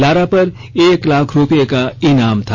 Lara पर एक लाख रूपये का इनाम था